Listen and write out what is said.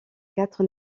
quatre